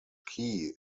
key